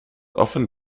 often